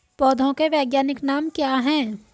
पौधों के वैज्ञानिक नाम क्या हैं?